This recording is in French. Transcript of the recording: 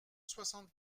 soixante